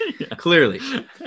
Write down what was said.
Clearly